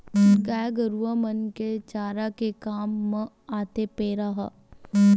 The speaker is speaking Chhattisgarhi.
गाय गरुवा मन के चारा के काम म आथे पेरा ह